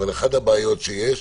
אבל אחת הבעיות שיש,